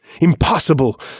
Impossible